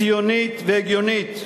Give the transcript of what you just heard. ציונית והגיונית.